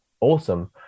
awesome